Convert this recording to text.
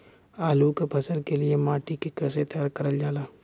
आलू क फसल के लिए माटी के कैसे तैयार करल जाला?